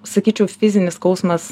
sakyčiau fizinis skausmas